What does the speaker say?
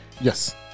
Yes